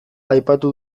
aipatu